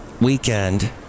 weekend